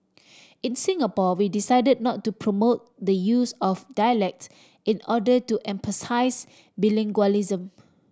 in Singapore we decided not to promote the use of dialects in order to emphasise bilingualism